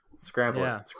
Scramble